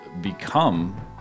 become